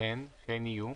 שהן יהיו?